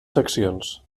seccions